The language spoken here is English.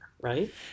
right